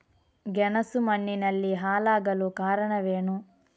ಗೆಣಸು ಮಣ್ಣಿನಲ್ಲಿ ಹಾಳಾಗಲು ಕಾರಣವೇನು?